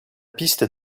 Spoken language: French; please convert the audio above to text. piste